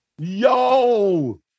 Yo